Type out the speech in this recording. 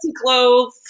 clothes